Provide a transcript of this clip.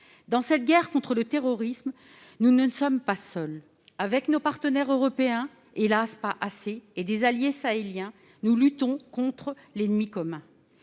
Dans cette guerre contre le terrorisme, nous ne sommes pas seuls. Avec nos partenaires européens, pas assez nombreux, hélas ! et des alliés sahéliens, nous luttons contre l'ennemi commun.